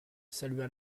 salua